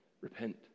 Repent